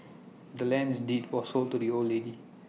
the land's deed was sold to the old lady